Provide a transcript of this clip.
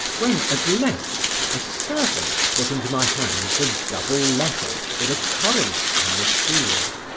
when at length a servant put into my hands a double letter with a coronet on the seal.